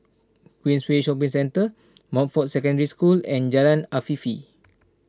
Queensway Shopping Centre Montfort Secondary School and Jalan Afifi